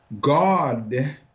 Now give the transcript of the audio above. god